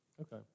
okay